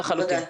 בוודאי.